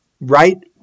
right